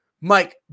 Mike